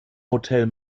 hotel